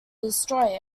destroy